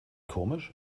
komisch